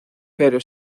pero